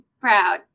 proud